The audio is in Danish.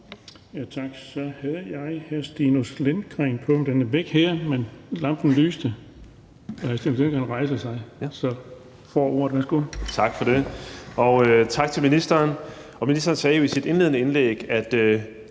Tak for det,